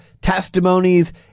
testimonies